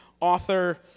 author